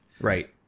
right